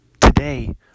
today